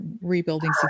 rebuilding